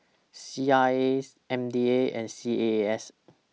C R A M D A and C A A S